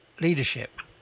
leadership